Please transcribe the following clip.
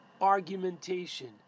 argumentation